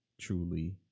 truly